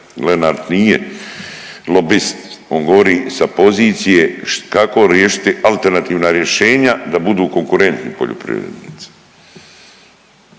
Lenart nije lobist, on govori sa pozicije kako riješiti alternativna rješenja da budu konkurentni poljoprivrednici.